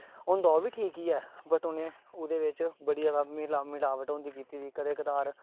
होंदा ओह् बी ठीक गै ए बट उ'नें ओह्दे बिच्च बड़ा जादा मिला मिलावट होंदी कीती दी कदें कदार